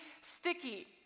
sticky